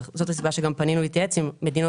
זאת הסיבה שגם פנינו להתייעץ עם מדינות